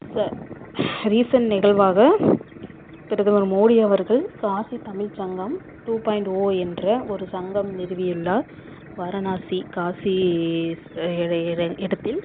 ச ரீசெண்ட் நிகழ்வாக பிரதமர் மோடி அவர்கள் Kashi Tamil Sangam two point o என்ற ஒரு சங்கம் நிறுவியுள்ளார் வாரணாசி காசி ஸ் எடை இட இடத்தில்